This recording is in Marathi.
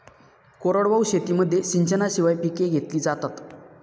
कोरडवाहू शेतीमध्ये सिंचनाशिवाय पिके घेतली जातात